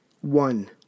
one